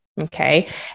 Okay